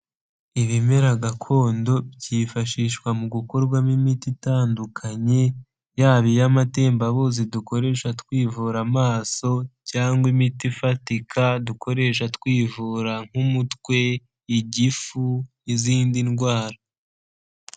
Ibimera gakondo byifashishwa mu gukorwamo imiti itandukanye, yaba iy'amatembabuzi dukoresha twivura amaso, cyangwa imiti ifatika dukoresha twivura nk'umutwe, igifu n'izindi ndwara.